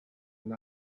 and